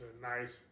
nice